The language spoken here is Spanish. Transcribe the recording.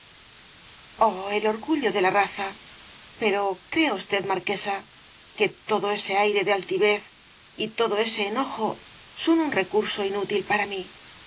el orgullo de la raza pero crea usted marquesa que todo ese aire de altivez y todo ese enojo son un recurso inútil para mí